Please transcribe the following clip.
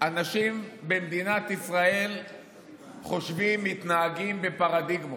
אנשים במדינת ישראל חושבים ומתנהגים בפרדיגמות.